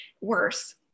worse